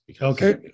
Okay